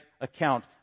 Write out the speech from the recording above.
account